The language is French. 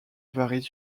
varient